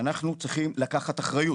אנחנו צריכים לקחת אחריות.